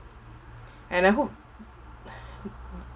and I hope